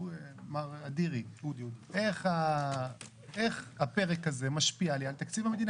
מר אדירי, איך הפרק הזה משפיע לי על תקציב המדינה?